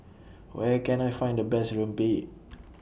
Where Can I Find The Best Rempeyek